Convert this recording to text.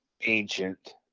ancient